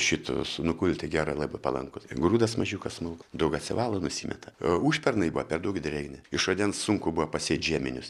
šitus nukulti gerai labai palankus ir grūdas mažiukas smulkus daug atsivalo nusimeta užpernai buvo per daug drėgni iš rudens sunku buvo pasėt žiemenis